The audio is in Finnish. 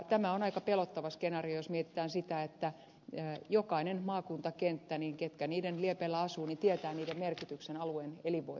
tämä on aika pelottava skenaario jos mietitään jokaista maakuntakenttää ja sitä että ne jotka niiden liepeillä asuvat tietävät niiden merkityksen alueen elinvoimalle